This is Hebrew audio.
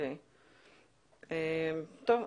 טוב.